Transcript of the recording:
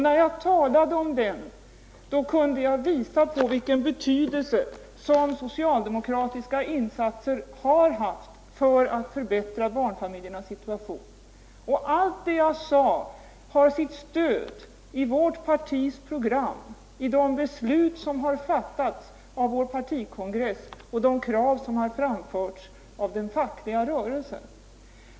När jag kom in på den kunde jag visa vilken betydelse socialdemokratiska insatser har haft för att förbättra barnfamiljernas situation. Allt vad jag sade har stöd i vårt partis program, i de beslut som har fattats av vår partikongress och i de krav som har framförts av den fackliga rörelsen.